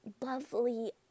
lovely